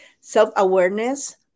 Self-awareness